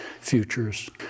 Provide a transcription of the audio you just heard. Futures